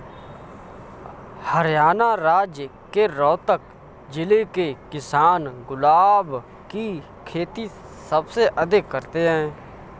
हरियाणा राज्य के रोहतक जिले के किसान गुलाब की खेती सबसे अधिक करते हैं